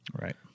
Right